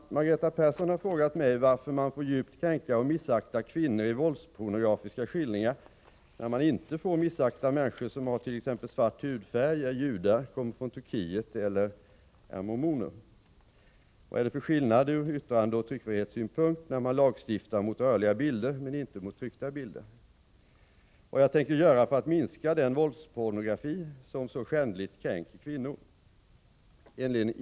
Herr talman! Margareta Persson har frågat mig varför man får djupt kränka och missakta kvinnor i våldspornografiska skildringar, när man inte får missakta människor som hart.ex. svart hudfärg, är judar, kommer från Turkiet eller är mormoner, vad det är för skillnad ur yttrandeoch tryckfrihetssynpunkt när man lagstiftar mot rörliga bilder men inte mot tryckta bilder, vad jag tänker göra för att minska den våldspornografi som så skändligt kränker kvinnor.